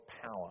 power